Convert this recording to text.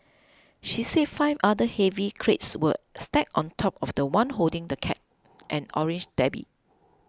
she say five other heavy crates were stacked on top of the one holding the cat and orange Debbie